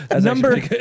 Number